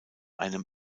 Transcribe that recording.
einem